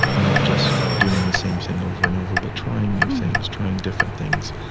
not just doing the same thing over and over, but trying new things, trying different things,